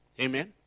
Amen